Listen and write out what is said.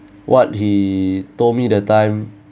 what he told me the time